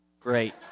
Great